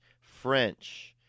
French